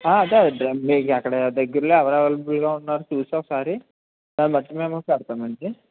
అదే మీకు అక్కడ దగ్గరలో ఎవరు అవైలబుల్గా ఉన్నారో చూసి ఒకసారి దాన్నిబట్టి మేము పెడతాము అండి